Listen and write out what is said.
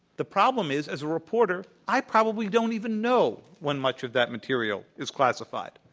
the problem is, as a reporter, i probably don't even know when much of that material is classified.